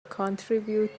contribute